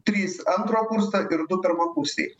trys antro kurso ir du pirmakursiai